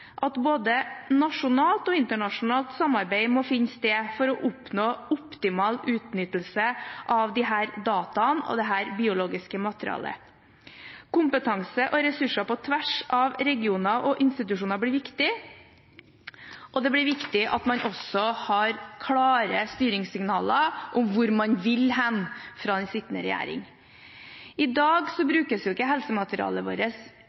at både nasjonalt og internasjonalt samarbeid må finne sted for å oppnå optimal utnyttelse av disse dataene og dette biologiske materialet. Kompetanse og ressurser på tvers av regioner og institusjoner blir viktig, og det blir viktig at man også har klare styringssignaler fra den sittende regjering om hvor man vil hen. I dag brukes ikke helsematerialet vårt